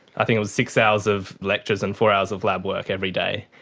i think it was six hours of lectures and four hours of lab work every day,